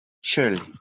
Shirley